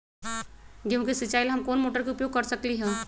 गेंहू के सिचाई ला हम कोंन मोटर के उपयोग कर सकली ह?